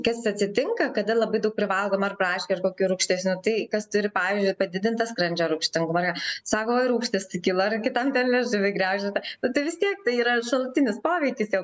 kas atsitinka kada labai daug privalgom ar braškių ar kokių rūgštesnių tai kas turi pavyzdžiui padidintą skrandžio rūgštingumą sako rūgštys kyla ar kitam ten liežuvį griaužia ta nu tai vis tiek tai yra šalutinis poveikis jau